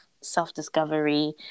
self-discovery